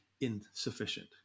insufficient